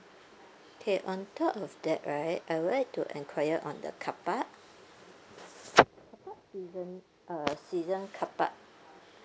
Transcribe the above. okay on top of that right I would like enquire on the car park car park season uh season car park